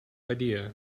idea